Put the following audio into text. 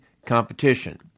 competition